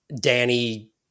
Danny